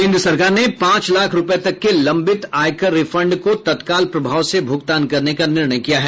केन्द्र सरकार ने पांच लाख रूपये तक के लंबित आयकर रिफंड को तत्काल प्रभाव से भुगतान करने का निर्णय किया है